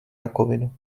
rakovinu